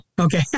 Okay